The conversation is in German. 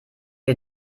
wir